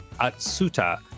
Atsuta